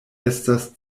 estas